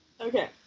Okay